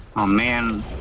a man